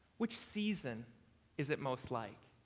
which season is it most like?